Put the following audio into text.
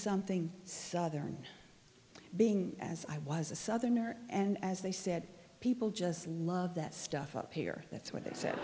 something southern being as i was a southerner and as they said people just love that stuff up here that's what they said